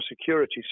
security